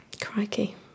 Crikey